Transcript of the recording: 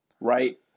right